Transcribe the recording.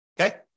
okay